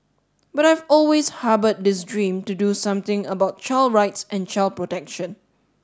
but I've always harboured this dream to do something about child rights and child protection